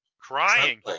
crying